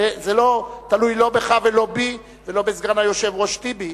זה לא תלוי בך או בי ולא בסגן היושב-ראש טיבי,